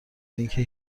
اینکه